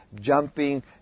jumping